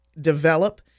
develop